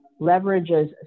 leverages